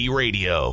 radio